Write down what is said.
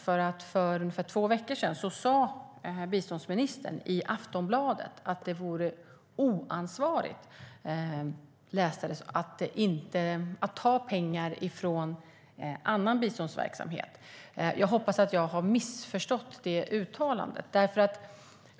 För två veckor sedan sa nämligen biståndsministern i Aftonbladet att det vore oansvarigt att ta pengar från annan biståndsverksamhet. Jag hoppas att jag har missförstått det uttalandet.